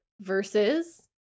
versus